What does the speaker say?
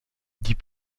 dit